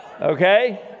Okay